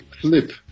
flip